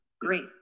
Great